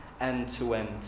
end-to-end